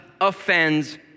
offends